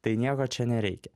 tai nieko čia nereikia